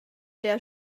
der